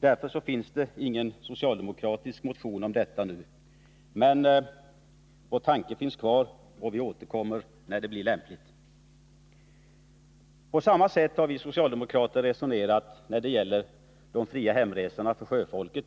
Därför finns det ingen socialdemokratisk motion om detta nu. Men vår tanke finns kvar, och vi återkommer när det blir lämpligt. På samma sätt har vi socialdemokrater resonerat när det gäller de fria hemresorna för sjöfolket.